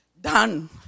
done